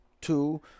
two